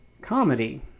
Comedy